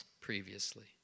previously